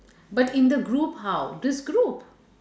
but in the group how this group